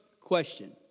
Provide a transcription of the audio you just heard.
question